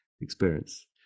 experience